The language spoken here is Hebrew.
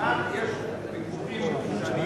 כאן יש, שנים.